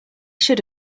should